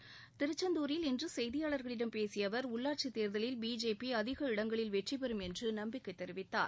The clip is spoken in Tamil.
இன்று திருச்செந்தூரில் செய்தியாளா்களிடம் பேசிய அவா் உள்ளாட்சி தேர்தலில் பிஜேபி அதிக இடங்களில் வெற்றிபெறும் என்று நம்பிக்கை தெரிவித்தார்